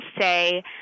say